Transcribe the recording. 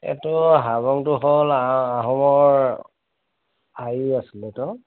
এইটো হাবংটো হ'ল আ আহোমৰ আই